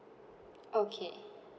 okay